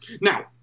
Now